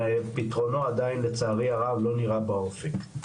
ופתרונו עדיין לצערי הרב לא נראה באופק,